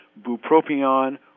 bupropion